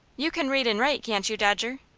you can read and write, can't you, dodger?